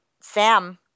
Sam